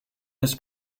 his